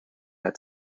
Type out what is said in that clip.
had